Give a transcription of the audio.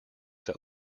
that